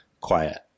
quiet